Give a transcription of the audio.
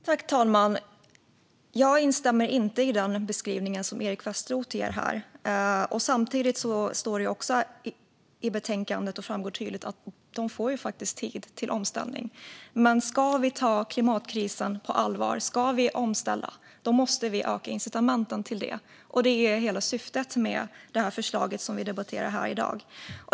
Fru talman! Jag instämmer inte i den beskrivning som Eric Westroth ger här. Det står i betänkandet och framgår tydligt att företagen får tid till omställning. Men ska vi ta klimatkrisen på allvar, ska vi ställa om, måste vi öka incitamenten för det. Det är hela syftet med förslaget som vi debatterar här i dag.